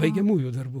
baigiamųjų darbų